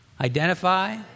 Identify